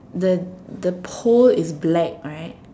the the pole is black right